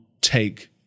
take